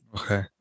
Okay